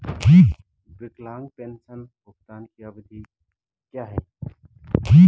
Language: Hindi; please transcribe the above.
विकलांग पेंशन भुगतान की अवधि क्या है?